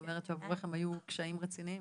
את אומרת שעבורך הם היו קשיים רציניים.